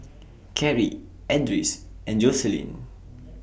Carrie Edris and Joselyn